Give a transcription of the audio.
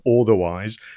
otherwise